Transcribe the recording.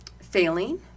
failing